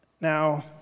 Now